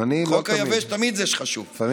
עכשיו מותר